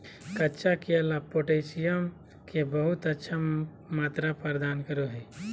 कच्चा केला पोटैशियम के बहुत अच्छा मात्रा प्रदान करो हइ